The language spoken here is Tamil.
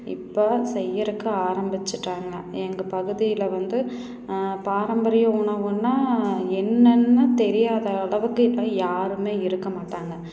இப்போ செய்யறதுக்கு ஆரம்பித்துட்டாங்க எங்கள் பகுதியில் வந்து பாரம்பரிய உணவுன்னால் என்னன்னு தெரியாத அளவுக்கு இப்போ யாருமே இருக்க மாட்டாங்க